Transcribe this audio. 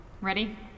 Ready